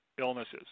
illnesses